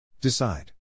Decide